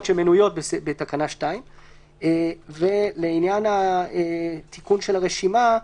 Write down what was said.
שמנויות בתקנה 2. ולעניין תיקון של הרשימה,